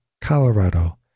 Colorado